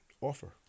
Offer